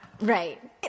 right